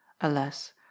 alas